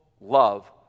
love